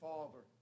Father